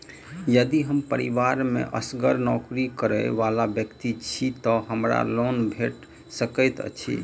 यदि हम परिवार मे असगर नौकरी करै वला व्यक्ति छी तऽ हमरा लोन भेट सकैत अछि?